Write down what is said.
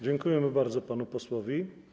Dziękuję bardzo panu posłowi.